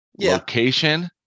Location